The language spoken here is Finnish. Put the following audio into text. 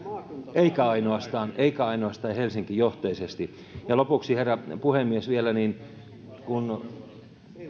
eivätkä ainoastaan eivätkä ainoastaan helsinki johteisesti lopuksi herra puhemies kun